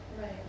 Right